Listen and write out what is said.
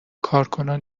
کارکنان